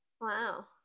Wow